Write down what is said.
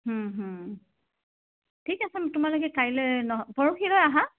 ঠিক আছে তোমালোকে কাইলে নহয় পৰহিলৈ আহা